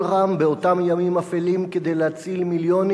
רם באותם ימים אפלים כדי להציל מיליונים,